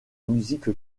musique